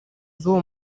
z’uwo